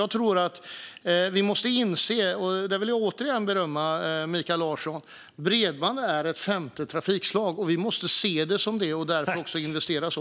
Jag tror att vi måste inse, och där vill jag återigen berömma Mikael Larsson, att bredband är ett femte trafikslag. Vi måste se det som det och därför också investera så.